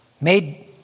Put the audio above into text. made